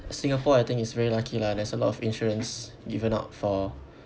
Singapore I think is very lucky lah there's a lot of insurance given out for